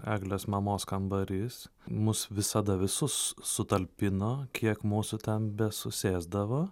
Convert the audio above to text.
eglės mamos kambarys mus visada visus sutalpino kiek mūsų ten besusėsdavo